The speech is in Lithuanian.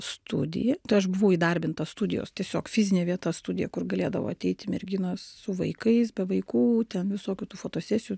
studiją tai aš buvau įdarbinta studijos tiesiog fizinė vieta studija kur galėdavo ateiti merginos su vaikais be vaikų ten visokių tų fotosesijų